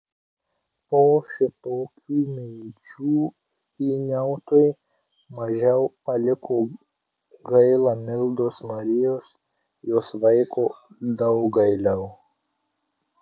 po šitokių minčių vyniautui mažiau paliko gaila mildos marijos jos vaiko daug gailiau